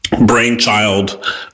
brainchild